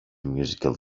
musical